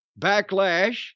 Backlash